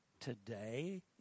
today